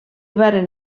varen